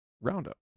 Roundup